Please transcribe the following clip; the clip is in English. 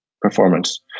performance